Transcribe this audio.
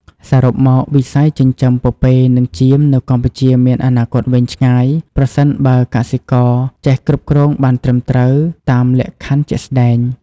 សរុបមក វិស័យចិញ្ចឹមពពែនិងចៀមនៅកម្ពុជាមានអនាគតវែងឆ្ងាយ ប្រសិនបើកសិករចេះគ្រប់គ្រងបានត្រឹមត្រូវតាមលក្ខខណ្ឌជាក់ស្តែង។